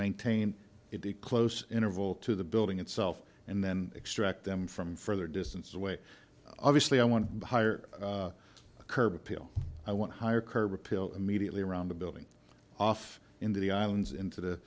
maintain it close interval to the building itself and then extract them from further distance away obviously i want to hire a curb appeal i want higher curb appeal immediately around the building off in the islands into the